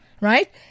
right